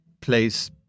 place